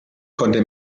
konnte